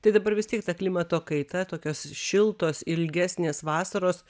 tai dabar vis tiek ta klimato kaita tokios šiltos ilgesnės vasaros